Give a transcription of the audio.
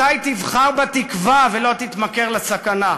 מתי תבחר בתקווה ולא תתמכר לסכנה?